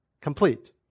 complete